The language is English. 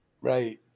Right